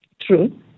True